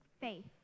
Faith